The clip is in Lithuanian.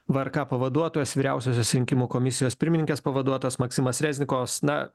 vrka pavaduotojas vyriausiosios rinkimų komisijos pirmininkės pavaduotojas maksimas reznikovas na